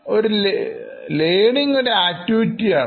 ഒരു learning activity ആണ്